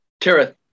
Tara